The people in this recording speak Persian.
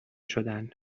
شدن